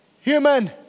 human